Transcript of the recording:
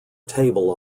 table